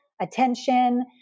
attention